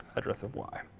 address of y.